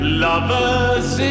lovers